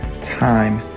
time